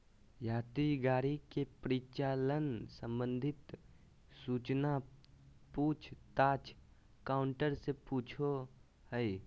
यात्री गाड़ी के परिचालन संबंधित सूचना पूछ ताछ काउंटर से पूछो हइ